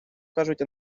кажуть